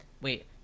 Wait